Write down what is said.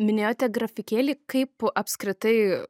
minėjote grafikėlį kaip apskritai